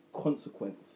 consequence